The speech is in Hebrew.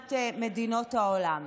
לעומת מדינות העולם.